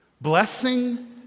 blessing